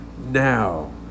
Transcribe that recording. Now